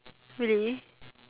really